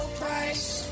price